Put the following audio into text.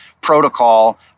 protocol